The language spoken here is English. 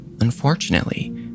unfortunately